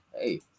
hey